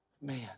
man